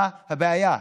מה הבעיה?